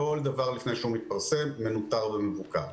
כל דבר לפני שמתפרסם מנותר ומבוקר.